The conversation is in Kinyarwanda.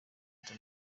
ryo